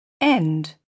end